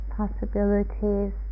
possibilities